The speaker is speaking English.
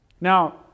Now